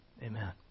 Amen